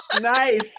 nice